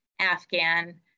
Afghan